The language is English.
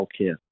healthcare